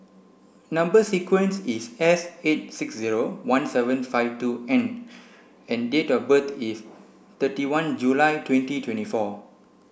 number sequence is S eight six zero one seven five two N and date of birth is thirty one July twenty twenty four